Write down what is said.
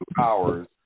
hours